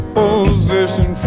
position